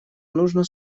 нужно